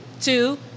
two